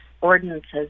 ordinances